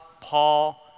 Paul